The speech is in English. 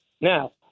now